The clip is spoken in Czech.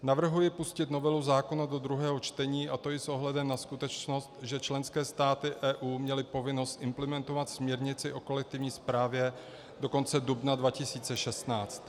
Navrhuji pustit novelu zákona do druhého čtení, a to i s ohledem na skutečnost, že členské státy EU měly povinnost implementovat směrnici o kolektivní správě do konce dubna 2016.